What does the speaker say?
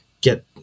get